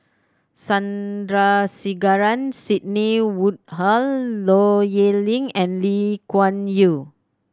Sandrasegaran Sidney Woodhull Low Yen Ling and Lee Kuan Yew